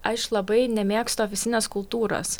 aš labai nemėgstu ofisinės kultūros